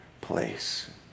place